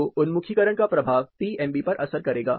तो उन्मुखीकरण का प्रभाव PMV पर असर करेगा